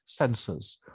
sensors